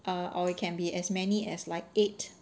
err or it can be as many as like eight